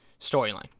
Storyline